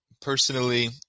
Personally